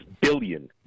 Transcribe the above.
billion